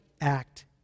act